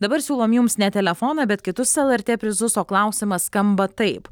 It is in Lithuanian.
dabar siūlom jums ne telefoną bet kitus lrt prizus o klausimas skamba taip